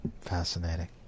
Fascinating